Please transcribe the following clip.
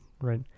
right